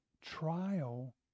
trial